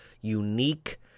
unique